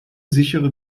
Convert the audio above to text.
sichere